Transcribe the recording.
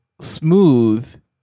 smooth